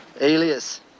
Alias